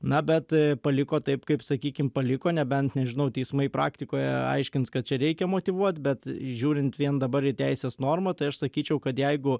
na bet paliko taip kaip sakykim paliko nebent nežinau teismai praktikoje aiškins kad čia reikia motyvuot bet žiūrint vien dabar į teisės normą tai aš sakyčiau kad jeigu